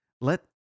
let